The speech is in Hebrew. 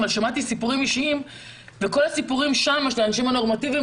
אבל שמעתי סיפורים אישיים וכל הסיפורים שם של אנשים נורמטיביים,